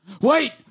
Wait